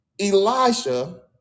Elijah